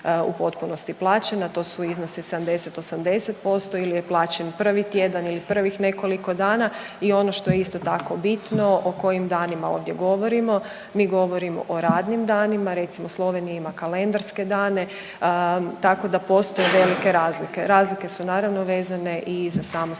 u potpunosti plaćena, to su iznosi 70, 80% ili je plaćen 1. tjedan ili prvih nekoliko dana i ono što je isto tako bitno, o kojim danima ovdje govorimo. Mi govorimo o radnim danima, recimo, Slovenija ima kalendarske dane, tako da postoje velike razlike. Razlike su naravno vezane i za samo stanovništvo,